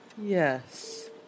Yes